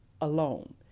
alone